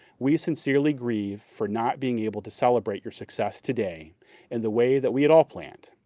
we sincerely grieve for not being able to celebrate your success today in the way that we had all planned.